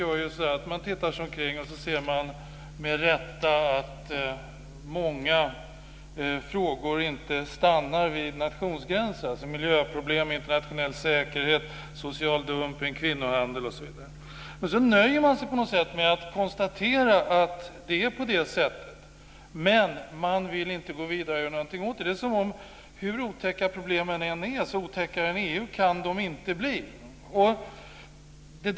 Västerpartiet tittar sig omkring och ser att många frågor inte stannar vid nationsgränsen, t.ex. miljöproblem, internationell säkerhet, social dumpning och kvinnohandel. Sedan nöjer man sig med att konstatera att det är på det sättet, men man vill inte gå vidare och göra någonting åt det. Hur otäcka problemen än är kan de inte bli otäckare än EU.